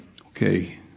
Okay